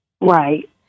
Right